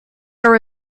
are